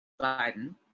Biden